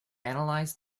analysed